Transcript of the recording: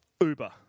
Uber